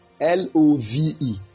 L-O-V-E